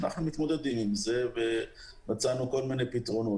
אנחנו מתמודדים עם זה ומצאנו כל מיני פתרונות.